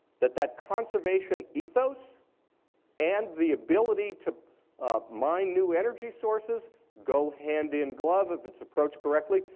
that that conservation ethos and the ability to mine new energy sources go hand in glove if it's approached correctly.